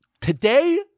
Today